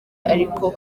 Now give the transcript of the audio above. ariko